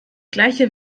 gleiche